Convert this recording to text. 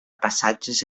passatges